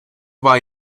war